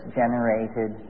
generated